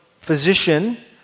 physician